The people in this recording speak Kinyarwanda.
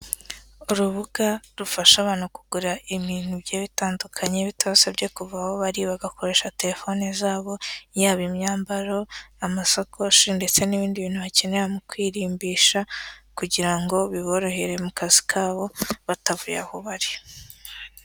Urubuga rufasha abantu kugura ibintu bigiye bitandukanye, bitabasabye kuva aho bari bagakoresha telefone zabo, yaba imyambaro, amasakoshi ndetse n'ibindi bintu bakenera mu kwirimbisha kugira ngo biborohere mu kazi kabo batavuye aho bari.